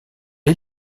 est